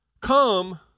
Come